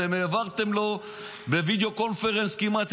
אתם העברתם לו בווידיאו קונפרנס כמעט